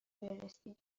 برسید